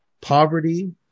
poverty